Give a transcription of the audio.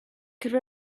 could